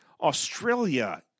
Australia